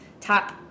top